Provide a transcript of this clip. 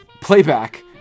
Playback